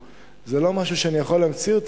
זה לא משהו שאני יכול להמציא אותו,